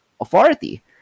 authority